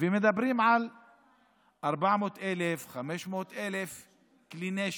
מדברים על 400,000 500,000 כלי נשק.